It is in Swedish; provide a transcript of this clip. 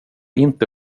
inte